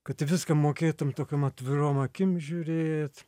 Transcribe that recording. kad viską mokėtum tokiom atvirom akim žiūrėt